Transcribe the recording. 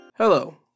Hello